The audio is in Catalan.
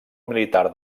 militar